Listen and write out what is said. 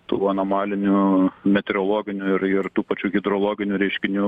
tų anomalinių metrologinių ir ir tų pačių hidrologinių reiškinių